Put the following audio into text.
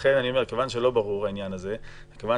לכן אני אומר שכיוון שהעניין הזה לא ברור ובמציאות